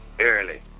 early